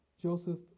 Joseph